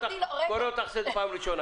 יוראי, אני קורא אותך לסדר פעם ראשונה.